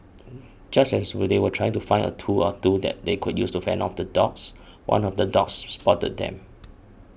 just as they were trying to find a tool or two that they could use to fend off the dogs one of the dogs spotted them